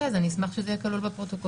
אשמח שזה יהיה כלול בפרוטוקול.